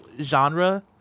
genre